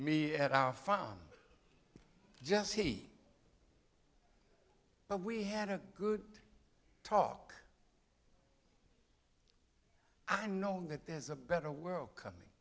me at our fun just me but we had a good talk i know that there's a better world coming